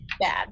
bad